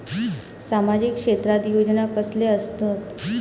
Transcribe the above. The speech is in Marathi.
सामाजिक क्षेत्रात योजना कसले असतत?